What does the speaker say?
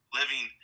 living